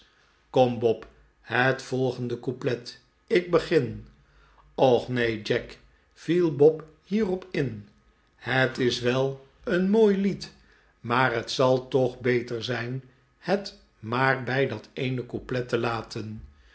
kom bob het volgende couplet ik begin och neen jack viel bob hierop in het is wel een mooi lied maar het zal toch beter zijn het maar bij dat eene couplet te laten